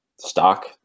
stock